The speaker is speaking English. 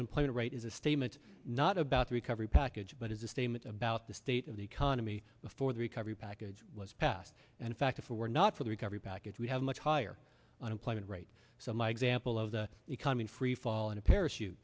unemployment rate is a statement not about the recovery package but is a statement about the state of the economy before the recovery package was passed and in fact if it were not for the recovery package we have much higher unemployment rate so my example of the economy in freefall in a parachute